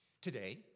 Today